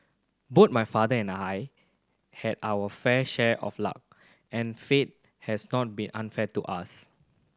both my father and I have our fair share of luck and fate has not been unfair to us